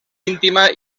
íntima